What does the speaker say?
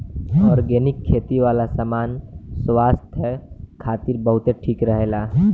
organic खेती वाला सामान स्वास्थ्य खातिर बहुते ठीक रहेला